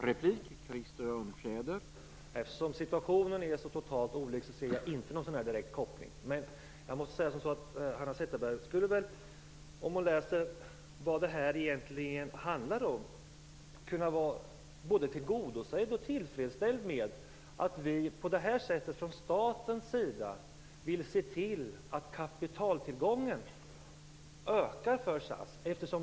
Herr talman! Eftersom situationen här är en helt annan ser jag inte någon sådan direkt koppling. Om Hanna Zetterberg läser vad det här egentligen handlar om skulle väl Hanna Zetterberg kunna känna sig till freds med att vi från statens sida på det här sättet vill se till att kapitaltillgången ökar för SAS.